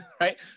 right